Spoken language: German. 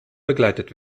begleitet